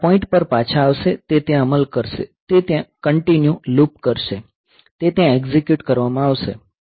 તે આ પોઈન્ટ પર પાછા આવશે તે ત્યાં અમલ કરશે તે ત્યાં કંટીન્યુ લૂપ કરશે તે ત્યાં એક્ઝિક્યુટ કરવામાં આવશે